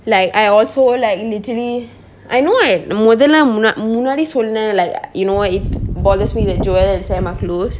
like I also like literally I know மொதல்ல முன்னா~ முன்னாடி சொன்னன்:modalla munna~ munnadi sonnan like you know it bothers me that joel and sam are closed